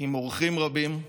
עם אורחים רבים.